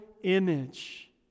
image